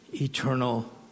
eternal